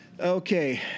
Okay